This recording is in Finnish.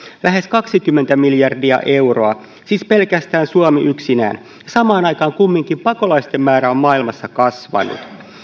lähes kaksikymmentä miljardia euroa siis pelkästään suomi yksinään samaan aikaan kumminkin pakolaisten määrä on maailmassa kasvanut